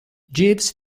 jeeves